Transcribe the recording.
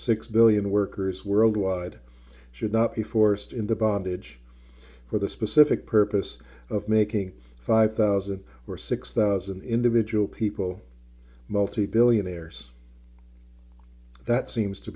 six billion workers worldwide should not be forced into bondage for the specific purpose of making five thousand or six thousand individual people multi billionaires that seems to